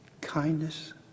kindness